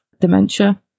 dementia